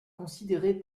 considéré